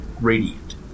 radiant